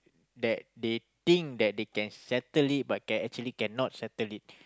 that they think that they can settle it but can actually cannot settle it